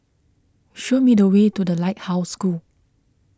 show me the way to the Lighthouse School